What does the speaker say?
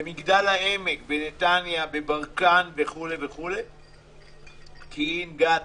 במגדל העמק, בנתניה, בברקן, בפקיעין, גת